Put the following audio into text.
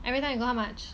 every time you go how much